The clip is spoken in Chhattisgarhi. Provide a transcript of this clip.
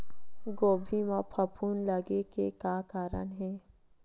गोभी म फफूंद लगे के का कारण हे?